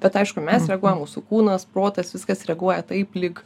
bet aišku mes reaguojam mūsų kūnas protas viskas reaguoja taip lyg